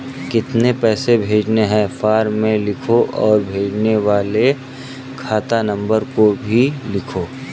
कितने पैसे भेजने हैं फॉर्म में लिखो और भेजने वाले खाता नंबर को भी लिखो